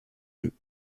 jeu